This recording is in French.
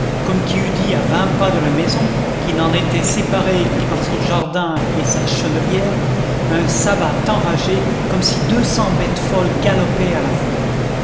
comme qui eût dit à vingt pas de la maison qui n'en était séparée que par son jardin et sa chènevière un sabbat enragé comme si deux cents bêtes folles galopaient à la fois